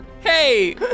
Hey